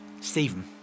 Stephen